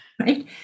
Right